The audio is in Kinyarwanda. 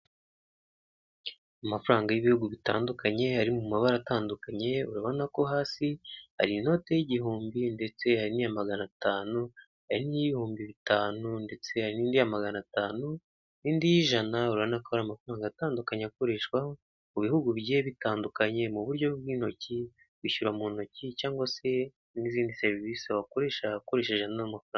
Amafaranga y'ibihugu bitandukanye ari mu mabara atandukanye urabona ko hasi hari inoti y'igihumbi ndetse hari niya magana atanu n'ibihumbi bitanu ndetse hari indi ya magana atanu indi yijana urabonako ari amafaranga atandukanye akoreshwa mu bihugu bitandukanye mu buryo bw'intoki wishyura mu ntoki cyangwa se n'izindi serivisi wakoresha ukoresheje n'amafaranga .